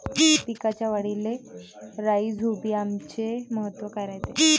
पिकाच्या वाढीले राईझोबीआमचे महत्व काय रायते?